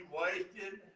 wasted